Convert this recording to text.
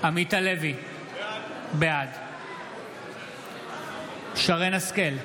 עמית הלוי, בעד שרן מרים השכל,